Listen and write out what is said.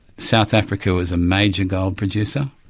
south africa was a major gold producer,